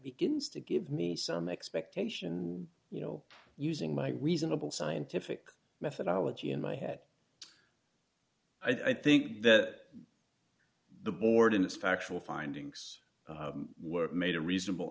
begins to give me some expectation you know using my reasonable scientific methodology in my head i think that the board and its factual findings were made a reasonable